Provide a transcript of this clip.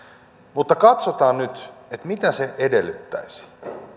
mutta katsotaan nyt mitä se edellyttäisi